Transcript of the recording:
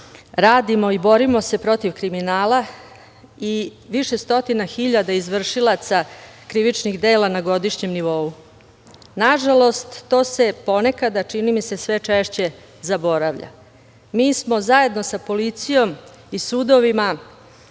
radimo i borimo se protiv kriminala i više stotina hiljada izvršilaca krivičnih dela na godišnjem nivou. Nažalost, to se ponekad, a čini mi se sve češće zaboravlja. Mi smo zajedno sa policijom i sudovima